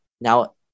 now